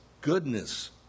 goodness